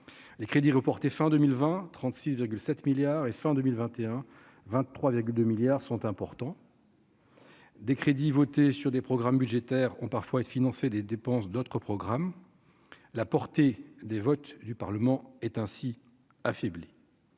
les crédits reportés fin 2020 36 virgule 7 milliards et fin 2021 23 2 milliards sont importants. Des crédits votés sur des programmes budgétaires ont parfois être financer des dépenses d'autres programmes la portée des votes du Parlement est ainsi affaibli